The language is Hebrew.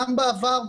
גם בעבר,